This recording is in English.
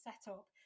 setup